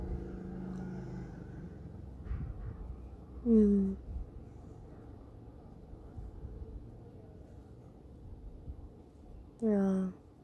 mm ya